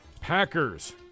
Packers